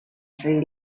sri